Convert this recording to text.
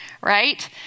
right